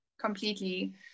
completely